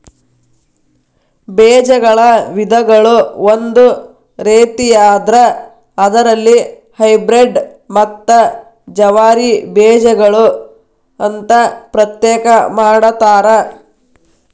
ಬೇಜಗಳ ವಿಧಗಳು ಒಂದು ರೇತಿಯಾದ್ರ ಅದರಲ್ಲಿ ಹೈಬ್ರೇಡ್ ಮತ್ತ ಜವಾರಿ ಬೇಜಗಳು ಅಂತಾ ಪ್ರತ್ಯೇಕ ಮಾಡತಾರ